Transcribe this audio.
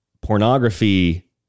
pornography